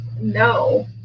No